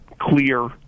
clear